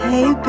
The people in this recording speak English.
Hey